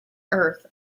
earth